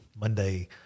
Monday